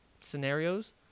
scenarios